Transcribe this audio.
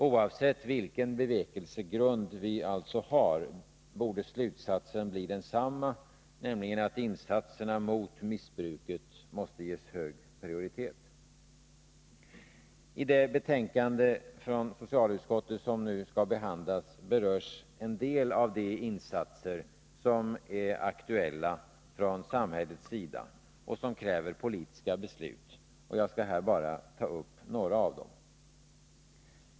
Oavsett vilken bevekelsegrund vi har, borde slutsatsen bli densamma, nämligen att insatserna mot missbruket måste ges hög prioritet. I det betänkande från socialutskottet som nu behandlas berörs en del av de insatser som är aktuella från samhällets sida och som kräver politiska beslut. Jag skall här bara ta upp några av dem.